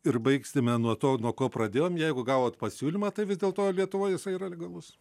ir baigsime nuo to nuo ko pradėjome jeigu gavote pasiūlymą tai vis dėl to lietuvoje jisai yra legalus